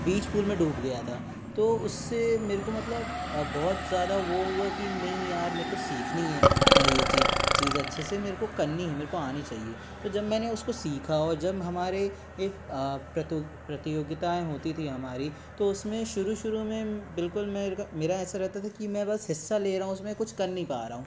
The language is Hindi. बीच पुल में डूब गया था तो उससे मेरे को मतलब अब बहुत ज़्यादा वो हुआ कि नहीं यार मेरे को सीखनी है है ये चीज चीज अच्छे से मेरे को करनी है मेरे को आनी चाहिए तो जब मैंने उसको सीखा और जब हमारे प्रतियोगिताएं होती थी हमारी तो उसमें शुरू शुरू मे बिल्कुल मेरे को मेरा ऐसा रहता था कि मैं बस हिस्सा ले रहा हूँ उसमें कुछ कर नहीं पा रहा हूँ